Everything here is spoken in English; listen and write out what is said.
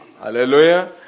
Hallelujah